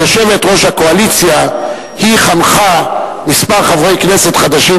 כיושבת-ראש הקואליציה היא חנכה כמה חברי כנסת חדשים